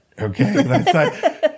Okay